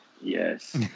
Yes